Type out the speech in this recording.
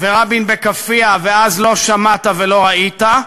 ועם רבין בכאפיה, ואז לא שמעת ולא ראית.